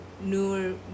newer